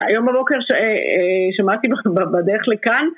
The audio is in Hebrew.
היום בבוקר שמעתי בדרך לכאן.